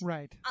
Right